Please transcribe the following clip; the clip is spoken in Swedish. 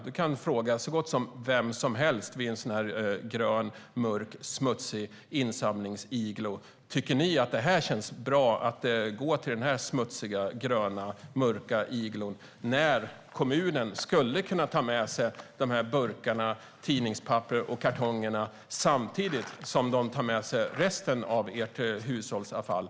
Du kan fråga så gott som vem som helst vid en sådan där grön, mörk och smutsig insamlingsigloo: Tycker ni att det känns bra att gå till den här smutsiga, gröna och mörka igloon när kommunen skulle kunna ta med sig burkarna, tidningspappret och kartongerna samtidigt som man tar med sig resten av ert hushållsavfall?